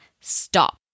stop